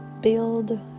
Build